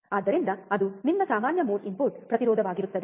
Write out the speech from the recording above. ಆದ್ದರಿಂದ ಅದು ನಿಮ್ಮ ಸಾಮಾನ್ಯ ಮೋಡ್ ಇನ್ಪುಟ್ ಪ್ರತಿರೋಧವಾಗಿರುತ್ತದೆ